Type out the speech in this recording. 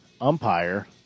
umpire